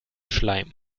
schleim